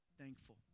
thankful